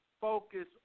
focus